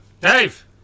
Dave